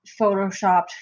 Photoshopped